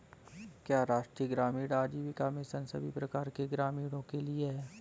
क्या राष्ट्रीय ग्रामीण आजीविका मिशन सभी प्रकार के ग्रामीणों के लिए है?